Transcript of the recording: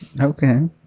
Okay